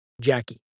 Jackie